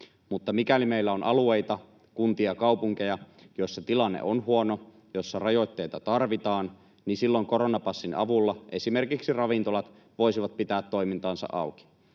mikäli meillä on alueita, kuntia, kaupunkeja, joissa tilanne on huono, joissa rajoitteita tarvitaan, silloin koronapassin avulla esimerkiksi ravintolat voisivat pitää toimintaansa auki,